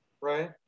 right